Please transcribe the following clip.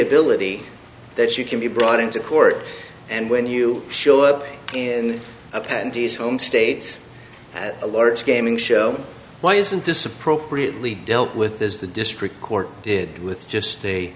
ability that you can be brought into court and when you show up in a panties home state at a large gaming show why isn't this appropriately dealt with this is the district court did with just a